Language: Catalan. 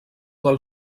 del